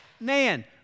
man